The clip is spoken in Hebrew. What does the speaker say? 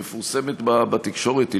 היא מפורסמת בתקשורת.